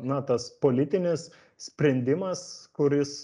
na tas politinis sprendimas kuris